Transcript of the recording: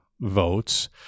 votes